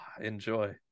enjoy